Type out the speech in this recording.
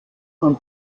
man